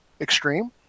extreme